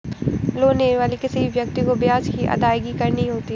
loan लेने वाले किसी भी व्यक्ति को ब्याज की अदायगी करनी होती है